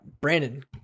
Brandon